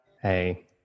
Hey